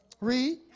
Read